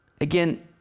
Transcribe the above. again